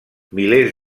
milers